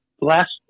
last